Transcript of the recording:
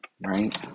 right